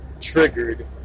triggered